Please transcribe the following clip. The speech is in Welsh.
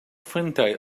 ffrindiau